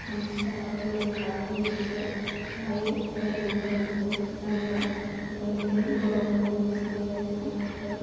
गामसा आर'नाइ फालि बेफोरखौ लायो जायखौ जोंखौ गानोबा गोजाननिफ्रायनो बर' होननानै सिनायो आरोना आमफ्राय